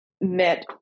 met